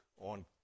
on